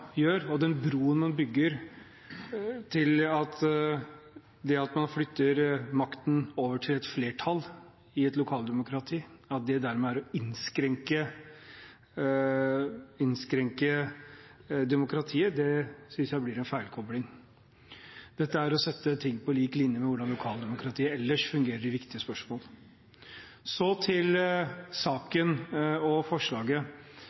gjør – den broen man bygger – at det å flytte makten over til et flertall i et lokaldemokrati, er å innskrenke demokratiet, synes jeg blir en feilkobling. Dette er å sette ting på lik linje med hvordan lokaldemokratiet ellers fungerer i viktige spørsmål. Så til saken og forslaget,